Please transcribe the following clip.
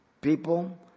People